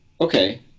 Okay